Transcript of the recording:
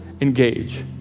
engage